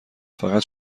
فقط